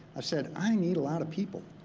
i said i need a lot of people.